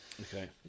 Okay